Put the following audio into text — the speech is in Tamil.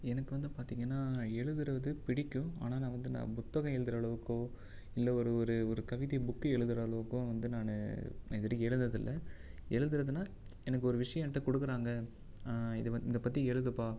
எனக்கு வந்து பார்த்தீங்கன்னா எழுதுகிறது பிடிக்கும் ஆனால் நான் வந்து நான் புத்தகம் எழுதுகிற அளவுக்கோ இல்லை ஒரு ஒரு ஒரு கவிதை புக்கு எழுதுகிற அளவுக்கோ வந்து நானு இதுவரைக்கு எழுதுனது இல்லை எழுதுகிறதுன்னா எனக்கு ஒரு விஷியம் என்ட்ட கொடுக்குறாங்க இதை வ இத பற்றி எழுதுப்பா